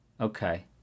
okay